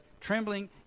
trembling